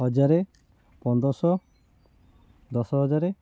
ହଜାର ପନ୍ଦରଶହ ଦଶ ହଜାର